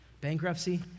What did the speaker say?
Bankruptcy